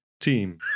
team